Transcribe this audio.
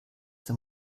der